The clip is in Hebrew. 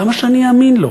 למה שאני אאמין לו?